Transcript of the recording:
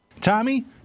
Tommy